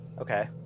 Okay